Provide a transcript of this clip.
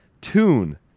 tune